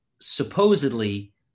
supposedly